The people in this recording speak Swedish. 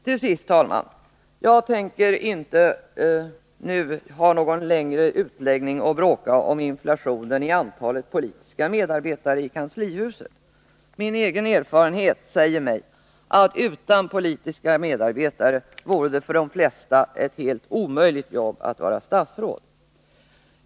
Till sist, herr talman, tänker jag inte nu hålla någon längre utläggning och bråka om inflationen i antalet politiska medarbetare i kanslihuset. Min egen erfarenhet säger mig att utan politiska medarbetare vore det för de flesta ett helt omöjligt jobb att vara statsråd.